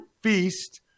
Feast